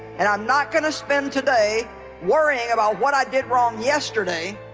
and i'm not going to spend today worrying about what i did wrong yesterday